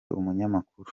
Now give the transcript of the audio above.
umunyamakuru